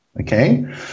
Okay